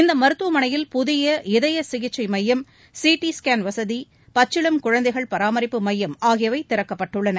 இந்த மருத்துவமனையில் புதிய இதய சிகிச்சை மையம் சி டி ஸ்கேன் வசதி பச்சிளம் குழந்தைகள் பராமரிப்பு மையம் ஆகியவை திறக்கப்பட்டுள்ளன